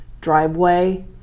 driveway